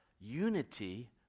unity